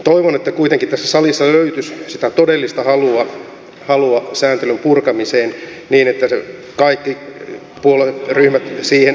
toivon että kuitenkin tässä salissa löytyisi sitä todellista halua sääntelyn purkamiseen niin että kaikki puolueryhmät siihen sitoutuisivat